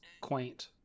quaint